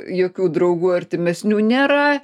jokių draugų artimesnių nėra